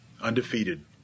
undefeated